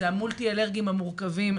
אלו המולטי אלרגיים המורכבים,